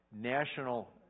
national